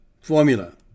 formula